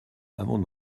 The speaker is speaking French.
avant